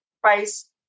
price